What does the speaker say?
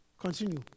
Continue